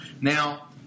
Now